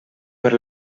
per